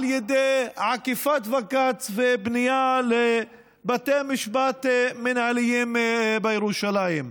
על ידי עקיפת בג"ץ ופנייה לבתי משפט מינהליים בירושלים.